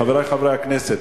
חברי חברי הכנסת,